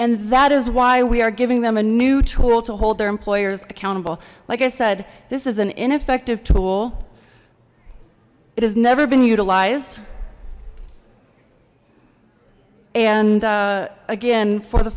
and that is why we are giving them a new tool to hold their employers accountable like i said this is an ineffective tool it has never been utilized and again for the